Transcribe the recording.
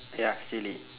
ya silly